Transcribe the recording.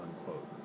unquote